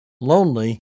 lonely